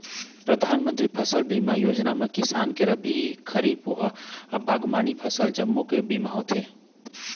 परधानमंतरी फसल बीमा योजना म किसान के रबी, खरीफ अउ बागबामनी फसल जम्मो के बीमा होथे